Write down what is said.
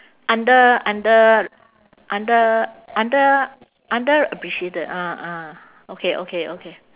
under~ under~ under~ under~ underappreciated ah ah okay okay okay